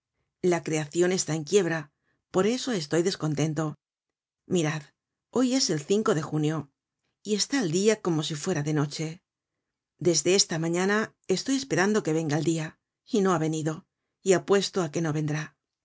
la creacion esta en quiebra por eso estoy descontento mirad hoy es el de junio y está el dia como si fuera de noche desde esta mañana estoy esperando que venga el dia y no ha venido y apuesto á que no vendrá